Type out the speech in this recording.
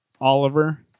Oliver